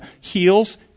heals